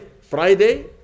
Friday